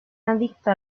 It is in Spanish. adicto